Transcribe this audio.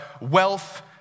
wealth